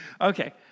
Okay